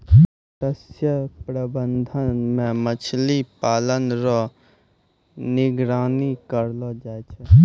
मत्स्य प्रबंधन मे मछली पालन रो निगरानी करलो जाय छै